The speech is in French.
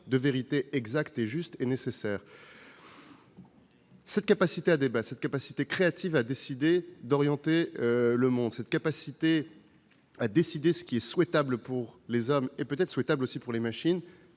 de vérité exacte, juste et nécessaire. Cette capacité à débattre, cette capacité créative à orienter le monde, cette capacité à décider ce qui est souhaitable pour les hommes et peut être aussi pour les machines